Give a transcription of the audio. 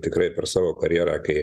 tikrai per savo karjera kai